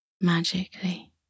magically